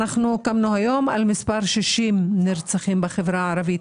אנחנו קמנו היום לנרצח ה-60 בחברה הערבית.